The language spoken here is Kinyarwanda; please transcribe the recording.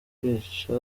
kwica